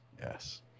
yes